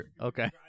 Okay